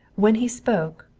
when he spoke,